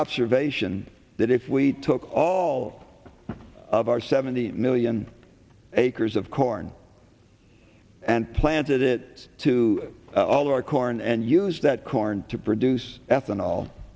observation that if we took all of our seventy million acres of corn and planted it to all our corn and use that corn to produce